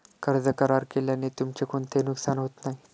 कर्ज करार केल्याने तुमचे कोणतेही नुकसान होत नाही